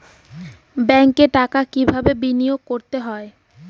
ব্যাংকে টাকা কিভাবে বিনোয়োগ করতে হয়?